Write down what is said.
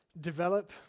develop